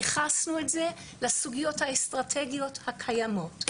ייחסנו את זה לסוגיות האסטרטגיות הקיימות.